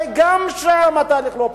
הרי גם שם התהליך לא פשוט.